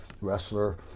wrestler